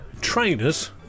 Trainers